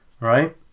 right